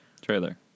trailer